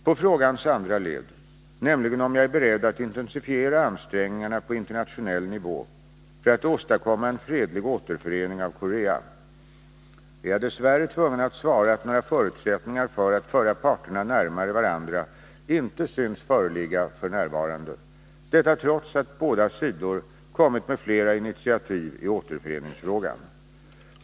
På frågans andra led, nämligen om jag är beredd att intensifiera ansträngningarna på internationell nivå för att åstadkomma en fredlig återförening av Korea, är jag dess värre tvungen att svara att några förutsättningar för att föra parterna närmare varandra inte synes föreligga f. n., detta trots att båda sidor kommit med flera initiativ i återföreningsfrågan.